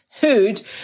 Hood